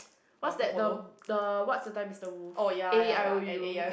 what is that the the what is the time Mister Wolf A E I O U